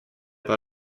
pas